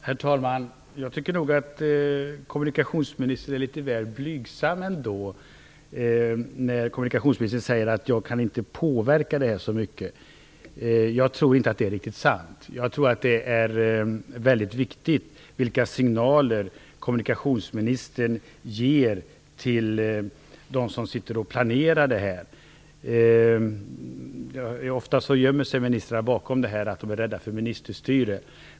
Herr talman! Jag tycker nog att kommunikationsministern är litet väl blygsam när hon säger att hon inte kan påverka detta så mycket. Jag tror inte att det är riktigt sant. Jag tror att det är väldigt viktigt vilka signaler kommunikationsministern ger till dem som sitter och planerar detta. Ofta gömmer sig ministrarna bakom detta att de är rädda för ministerstyre.